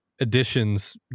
additions